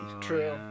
True